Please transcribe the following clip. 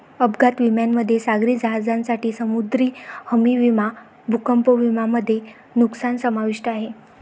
अपघात विम्यामध्ये सागरी जहाजांसाठी समुद्री हमी विमा भूकंप विमा मध्ये नुकसान समाविष्ट आहे